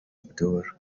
abdou